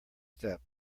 step